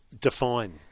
define